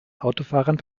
autofahrern